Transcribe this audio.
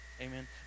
Amen